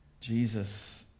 Jesus